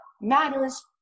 matters